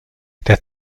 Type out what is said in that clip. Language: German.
der